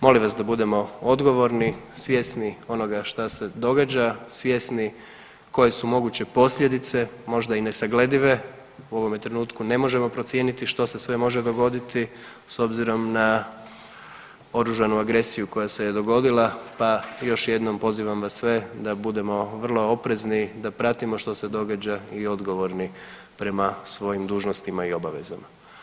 Molim vas da budemo odgovorni, svjesni onoga šta se događa, svjesni koje su moguće posljedice, možda i nesagledive, u ovome trenutku ne možemo procijeniti što se sve može dogoditi s obzirom na oružanu agresiju koja se je dogodila pa još jednom pozivam vas sve da budemo vrlo oprezni, da pratimo što se događa i odgovorni prema svojim dužnostima i obavezama.